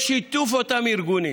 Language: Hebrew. בשיתוף אותם ארגונים.